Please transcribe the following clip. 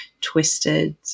twisted